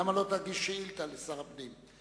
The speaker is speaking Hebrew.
למה לא תגיש שאילתא לשר הפנים?